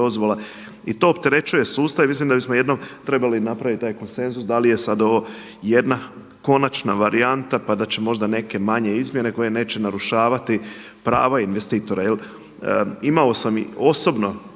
dozvola. I to opterećuje sustav i mislim da bismo jednom trebali napraviti taj konsenzus da li je sada ovo jedna konačna varijanta pa da će možda neke manje izmjene koje neće narušavati prava investitora. Imao sam i osobno